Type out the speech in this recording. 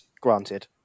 granted